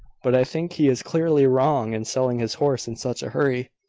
but i think he is clearly wrong in selling his horse in such a hurry.